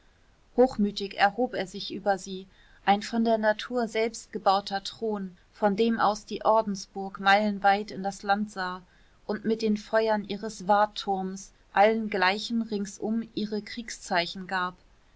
hochmütig erhob er sich über sie ein von der natur selbst gebauter thron von dem aus die ordensburg meilenweit in das land sah und mit den feuern ihres wartturms allen gleichen ringsum ihre kriegszeichen gab